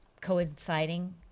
coinciding